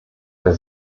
der